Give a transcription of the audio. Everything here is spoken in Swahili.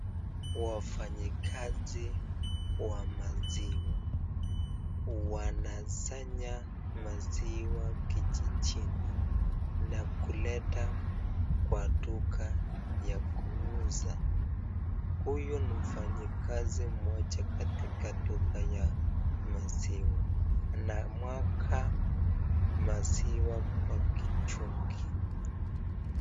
Wafanyikazi wa maziwa wanasanya maziwa kijijini na kuleta kwa duka ya kuuza, huyu ni mfanyikazi mmoja katika duka ya maziwa, anamwaga maziwa kwa kichungi.